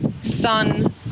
sun